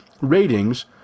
ratings